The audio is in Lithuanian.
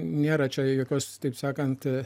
nėra čia jokios taip sakant